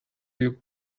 you